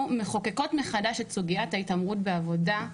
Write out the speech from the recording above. מחוקקות מחדש את סוגיית ההתעמרות בעבודה.